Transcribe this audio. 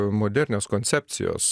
modernios koncepcijos